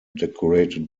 decorated